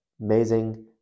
amazing